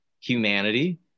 humanity